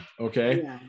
okay